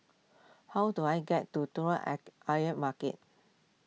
how do I get to Telok Ayer Market